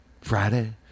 Friday